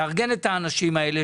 תארגן את האנשים האלה,